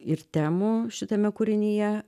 ir temų šitame kūrinyje